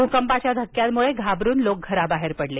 भूकंपाच्या धक्क्यांमुळे घाबरून लोक घराबाहेर पडले